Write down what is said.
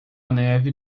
neve